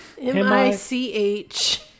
M-I-C-H